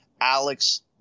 Alex